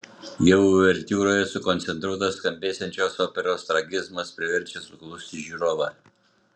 jau uvertiūroje sukoncentruotas skambėsiančios operos tragizmas priverčia suklusti žiūrovą